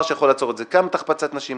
גם את החפצת נשים,